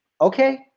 okay